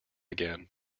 again